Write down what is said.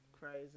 Crazy